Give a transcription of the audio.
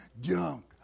junk